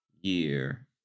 year